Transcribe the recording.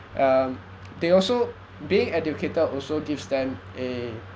um they also being educated also gives them a